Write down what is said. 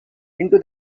into